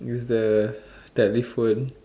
use the telephone